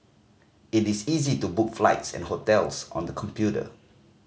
it is easy to book flights and hotels on the computer